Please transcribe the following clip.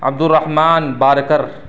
Abdul Rahman Barker